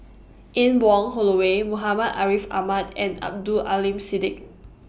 Anne Wong Holloway Muhammad Ariff Ahmad and Abdul Aleem Siddique